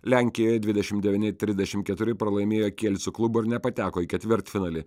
lenkijoje dvidešimt devyni trisdešimt keturi pralaimėjo kielsio klubui ir nepateko į ketvirtfinalį